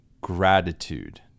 gratitude